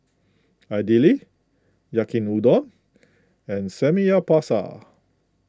Idili Yaki Udon and Samgyeopsal